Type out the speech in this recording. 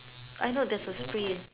I know there's a spray